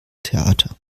theater